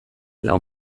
lau